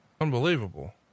unbelievable